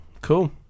Cool